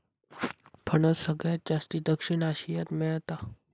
फणस सगळ्यात जास्ती दक्षिण आशियात मेळता